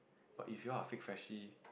but if you all are fake freshly